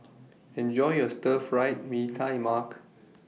Enjoy your Stir Fried Mee Tai Mak